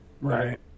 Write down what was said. Right